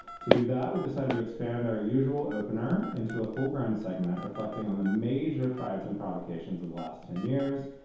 to do that, we've decided to expand our usual opener into a full grown segment reflecting on the major prize and provocations of the last ten years.